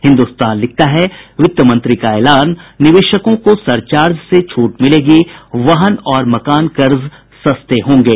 हिन्दुस्तान लिखता है वित्त मंत्री का ऐलान निवेशकों को सरचार्ज से छूट मिलेगी वाहन और मकान कर्ज सस्ते होंगे